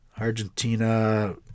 Argentina